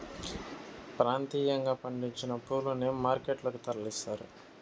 ప్రాంతీయంగా పండించిన పూలని మార్కెట్ లకు తరలిస్తారు